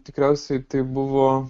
tikriausiai tai buvo